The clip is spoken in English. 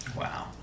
Wow